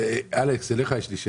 אלכס, שאלה.